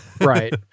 Right